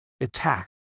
attack